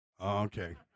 Okay